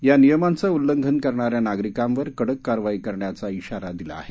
या नियमाचं उल्लंघन करणाऱ्या नागरिकांवर कडक कारवाई करण्या इशारा दिला आहे